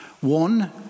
One